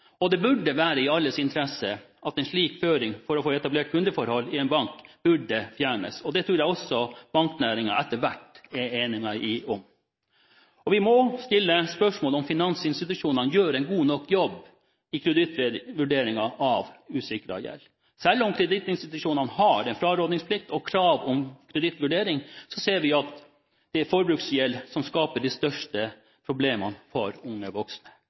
Det burde være i alles interesse at slike føringer for å få etablert et kundeforhold i en bank burde fjernes. Det tror jeg også banknæringen etter hvert er enig med meg i. Vi må stille spørsmål om finansinstitusjonene gjør en god nok jobb i kredittvurderingen av usikret gjeld. Selv om kredittinstitusjonene har en frarådningsplikt og et krav om kredittvurdering, ser vi at det er forbruksgjeld som skaper de største problemene for unge voksne.